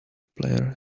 player